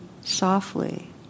softly